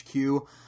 HQ